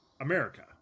America